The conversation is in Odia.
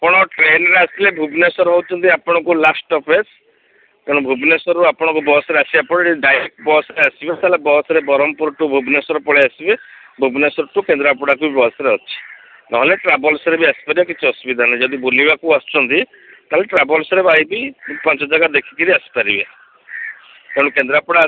ଆପଣ ଟ୍ରେନରେ ଆସିଲେ ଭୁବନେଶ୍ୱର ହେଉଛନ୍ତି ଆପଣଙ୍କୁ ଲାଷ୍ଟ ଷ୍ଟପେଜ୍ ତେଣୁ ଭୁବନେଶ୍ୱରରୁ ଆପଣଙ୍କୁ ବସ୍ରେ ଆସିବା ଫଳରେ ଡାଇରେକ୍ଟ ବସ୍ରେ ଆସିବେ ତା'ହେଲେ ବସ୍ରେ ବ୍ରହ୍ମପୁର ଠୁ ଭୁବନେଶ୍ୱର ପଳାଇ ଆସିବେ ଭୁବନେଶ୍ୱର ଠୁ କେନ୍ଦ୍ରାପଡ଼ାକୁ ବସ୍ ଅଛି ନହେଲେ ଟ୍ରାଭେଲ୍ସରେ ବି ଆସିପାରିବେ କିଛି ଅସୁବିଧା ନାହିଁ ଯଦି ବୁଲିବାକୁ ଆସୁଛନ୍ତି ତା'ହେଲେ ଟ୍ରାଭେଲ୍ସରେ ବାଇକ୍ ବି ପାଞ୍ଚ ଜାଗା ଦେଖିକରି ଆସିପାରିବେ ତେଣୁ କେନ୍ଦ୍ରାପଡ଼ା ଆସି